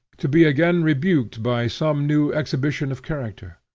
to be again rebuked by some new exhibition of character.